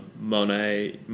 Monet